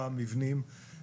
עבדנו עם משרדי הממשלה,